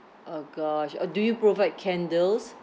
oh gosh uh do you provide candles